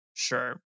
Sure